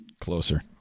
closer